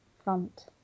front